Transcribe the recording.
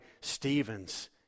Stephen's